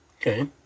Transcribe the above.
Okay